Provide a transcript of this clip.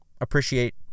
appreciate